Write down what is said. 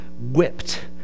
whipped